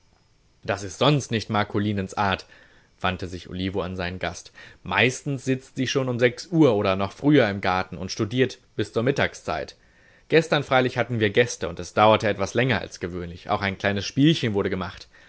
das ist sonst nicht marcolinens art wandte sich olivo an seinen gast meistens sitzt sie schon um sechs uhr oder noch früher im garten und studiert bis zur mittagszeit gestern freilich hatten wir gäste und es dauerte etwas länger als gewöhnlich auch ein kleines spielchen wurde gemacht